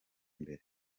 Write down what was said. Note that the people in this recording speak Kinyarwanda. imbere